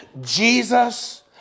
Jesus